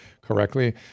correctly